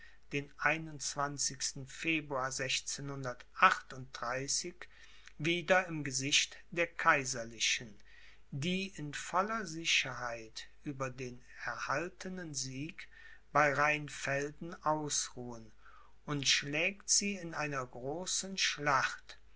den februar wieder im gesicht der kaiserlichen die in voller sicherheit über den erhaltenen sieg bei rheinfelden ausruhen und schlägt sie in einer großen schlacht